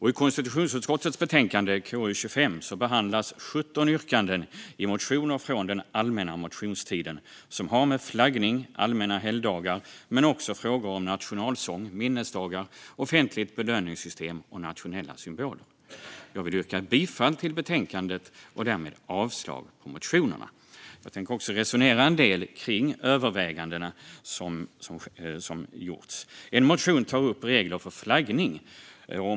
I konstitutionsutskottets betänkande KU25 behandlas 17 yrkanden i motioner från den allmänna motionstiden som har att göra med flaggning och allmänna helgdagar och också frågor om nationalsång, minnesdagar, offentliga belöningssystem och nationella symboler. Jag vill yrka bifall till utskottets förslag i betänkandet och därmed avslag på motionerna. Jag tänker också resonera en del kring de överväganden som har gjorts. En motion tar upp regler för flaggning.